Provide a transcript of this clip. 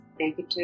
negative